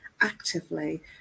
actively